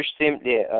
simply